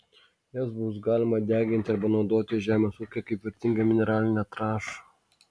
jas bus galima deginti arba naudoti žemės ūkyje kaip vertingą mineralinę trąšą